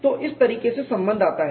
तो इस तरीके से संबंध आता है